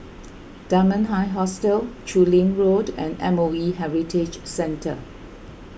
Dunman High Hostel Chu Lin Road and M O E Heritage Centre